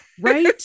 Right